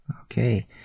Okay